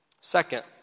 Second